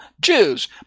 Jews